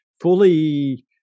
Fully